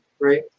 right